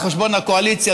על חשבון הקואליציה,